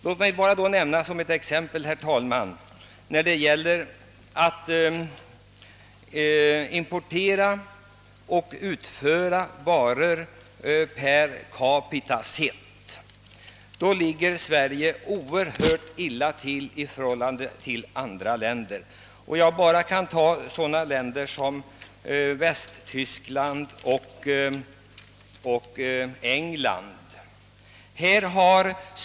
Låt mig nämna som ett exempel, herr talman, att Sverige när det gäller att importera eller utföra varor, per capita sett, ligger oerhört illa till i jämförelse med andra länder, såsom Västtyskland och England.